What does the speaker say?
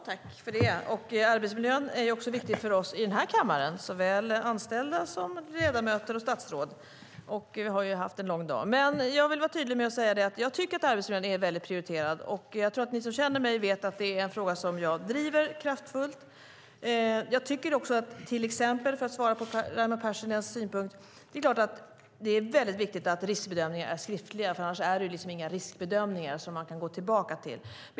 Herr talman! Arbetsmiljön är ju viktig också för oss här i kammaren, såväl för anställda som ledamöter och statsråd. Det har varit en lång dag. Jag tycker att arbetsmiljön är prioriterad. Ni som känner mig vet att det är en fråga som jag driver kraftfullt. För att svara Raimo Pärssinen är det naturligtvis viktigt att riskbedömningar är skriftliga, annars är det ju inga riskbedömningar som man kan gå tillbaka till.